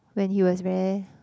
when he was very